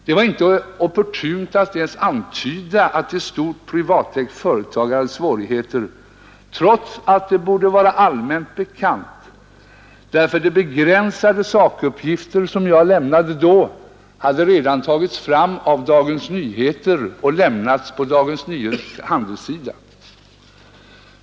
Det var inte opportunt att ens antyda att ett stort privatägt företag hade svårigheter, trots att det borde vara allmänt bekant, därför att de begränsade sakuppgifter som jag lämnade då redan hade tagits fram av Dagens Nyheter och lämnats på Dagens Nyheters handelssida.